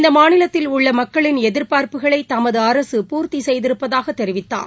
இந்த மாநிலத்தில் உள்ள மக்களின் எதிர்பார்ப்புகளை தமது அரசு பூர்த்தி செய்திருப்பதாக தெரிவித்தார்